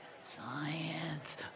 science